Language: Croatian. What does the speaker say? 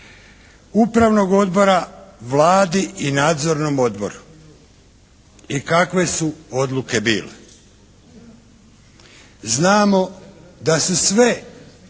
Upravnog odbora, Vladi i Nadzornom odboru i kakve su odluke bile. Znamo da su sve